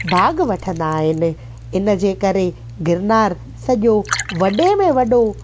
भाग वठंदा आहिनि इन जे करे गिरनार सॼो वॾे में वॾो